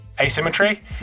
asymmetry